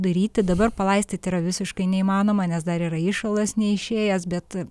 daryti dabar palaistyti yra visiškai neįmanoma nes dar yra įšalas neišėjęs bet